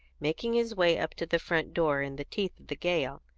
making his way up to the front door in the teeth of the gale.